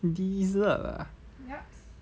dessert ah